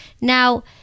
Now